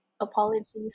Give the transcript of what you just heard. apologies